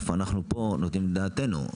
איך אנחנו נותנים פה את דעתנו?